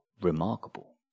remarkable